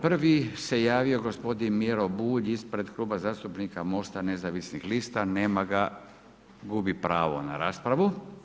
Prvi se javio gospodin Miro Bulj ispred Kluba zastupnika MOST-a nezavisnih lista, nema ga, gubi pravo na raspravu.